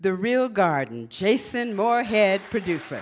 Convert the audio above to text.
the real garden jason morehead produce